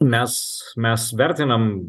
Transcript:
mes mes vertinam